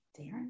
Darren